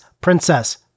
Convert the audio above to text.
Princess